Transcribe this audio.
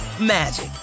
magic